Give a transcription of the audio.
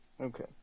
Okay